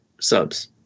subs